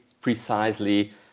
precisely